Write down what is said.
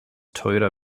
toyota